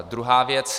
Druhá věc.